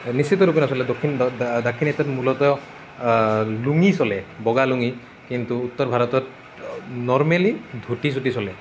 নিচিন্তভাবে নচলে দক্ষিণ ভাৰত দাক্ষিণাত্যত মূলতঃ লুঙি চলে বগা লুঙি কিন্তু উত্তৰ ভাৰতত নৰমেলি ধুতি চুতি চলে